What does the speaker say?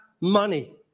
money